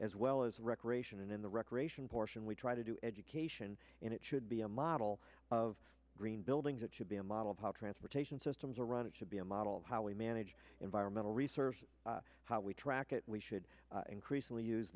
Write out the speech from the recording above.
as well as recreation and in the recreation portion we try to do education and it should be a model of green buildings that should be a model of how transportation systems are run it should be a model of how we manage environmental research how we track it we should increasingly use